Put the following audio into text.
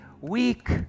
weak